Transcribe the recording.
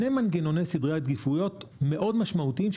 יש שני מנגנוני סדרי עדיפויות מאוד משמעותיים,